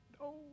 No